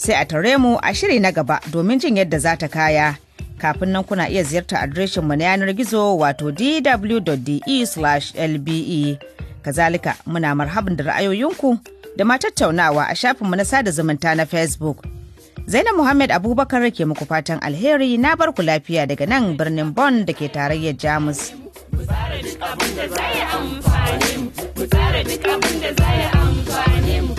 Sai a taure mu a shirye na gaba domin jin yadda za ta kaya. Kafin nan kuna iya ziyarta adireshinmu na yanar gizo wato dw.de/lbe. Kazalika, muna marhaban da ra'ayoyinku, da matattaunawa a shafinmu na sada zumunta na Facebook. Zainab Muhammad Abubakar ke muku fatan alheri na bar ku lafiya daga nan birnin Bonn dake tarayyar Jamus. Ku tsara duk abin da za a yi amfani mu. Ku tsara duk abin da za a yi amfani mu.